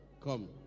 come